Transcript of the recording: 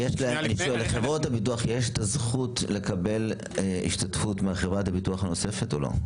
לחברות הביטוח יש את הזכות לקבל השתתפות מחברת הביטוח הנוספת או לא?